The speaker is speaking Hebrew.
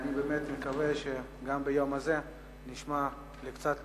ואני באמת מקווה שגם ביום הזה נשמע קצת